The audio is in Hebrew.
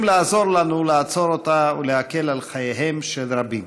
לעזור לנו לעצור אותה ולהקל את חייהם של רבים.